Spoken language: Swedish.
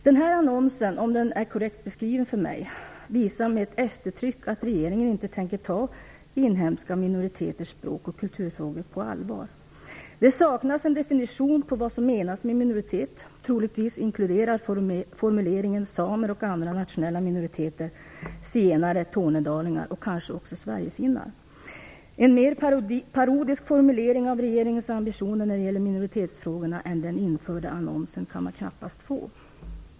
Den här annonsen visar, om den är korrekt beskriven för mig, med eftertryck att regeringen inte tänker ta de inhmeska minoriteternas språk och kulturfrågor på allvar. Det saknas en definition på vad som menas med minoriteter. Troligtvis inkluderar formuleringen "samer och andra nationella minoriteter" zigenare, tornedalingar och kanske också sverigefinnar. En mer parodisk formulering av regeringens ambitioner när det gäller minoritetsfrågorna än den införda annonsen kan man knappast få.